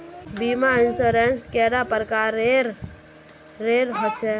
बीमा इंश्योरेंस कैडा प्रकारेर रेर होचे